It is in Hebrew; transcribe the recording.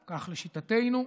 כך לשיטתנו,